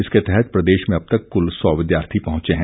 इसके तहत प्रदेश में अब तक कुल सौ विद्यार्थी पहुंचे है